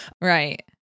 right